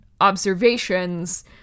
observations